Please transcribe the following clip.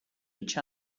each